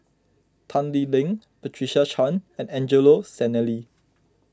Tan Lee Leng Patricia Chan and Angelo Sanelli